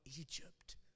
Egypt